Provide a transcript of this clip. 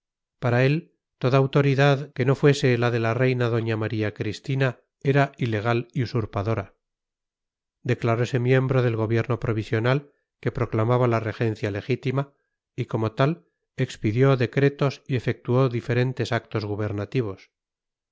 para él toda autoridad que no fuese la de la reina doña maría cristina era ilegal y usurpadora declarose miembro del gobierno provisional que proclamaba la regencia legítima y como tal expidió decretos y efectuó diferentes actos gubernativos